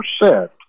percent